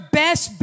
best